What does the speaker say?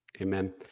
Amen